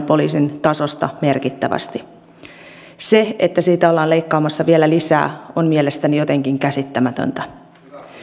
poliisin tasosta merkittävästi se että siitä ollaan leikkaamassa vielä lisää on mielestäni jotenkin käsittämätöntä